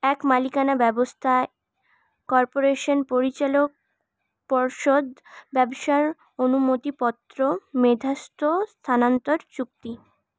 এক মালিকানা ব্যবস্থা কর্পোরেশন পরিচালক পর্ষদ ব্যবসার অনুমতিপত্র মেধাস্ত স্থানান্তর চুক্তি